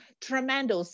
tremendous